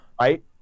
Right